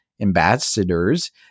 ambassadors